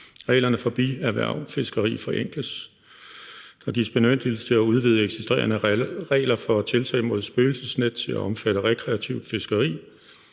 Reglerne for bierhvervsfiskeri forenkles. Der gives bemyndigelse til at udvide eksisterende regler for tiltag mod spøgelsesnet til at omfatte rekreativt fiskeri,